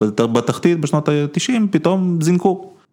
בתחתית בשנות ה-90, פתאום זינקו.